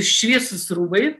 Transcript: šviesūs rūbai